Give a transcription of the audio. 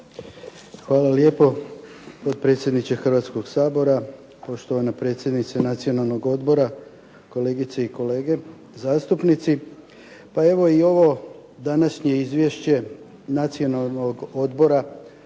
Hvala lijepo potpredsjedniče Hrvatskoga sabora, poštovana predsjednice Nacionalnog odbora, kolegice i kolege zastupnici. Pa evo i ovo današnje Izvješće Nacionalnog odbora